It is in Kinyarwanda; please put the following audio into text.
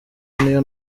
niyo